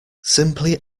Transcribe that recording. simply